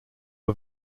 are